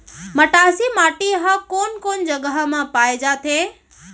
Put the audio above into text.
मटासी माटी हा कोन कोन जगह मा पाये जाथे?